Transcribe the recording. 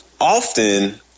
often